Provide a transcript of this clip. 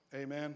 amen